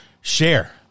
share